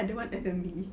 I don't want F&B